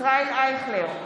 ישראל אייכלר,